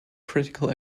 critical